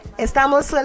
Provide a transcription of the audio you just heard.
Estamos